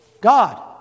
God